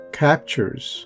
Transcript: captures